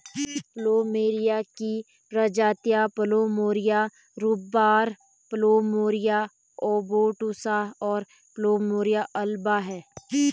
plumeria की प्रजातियाँ plumeria rubra, plumeria obtusa, और प्लुमेरिया अल्बा हैं